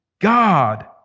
God